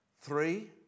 Three